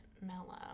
mellow